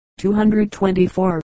224